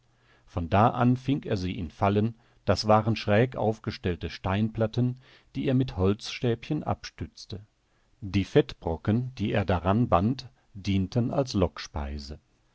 von da an fing er sie in fallen das waren schräg aufgestellte steinplatten die er mit holzstäbchen abstützte die fettbrocken die er daran band dienten als lockspeise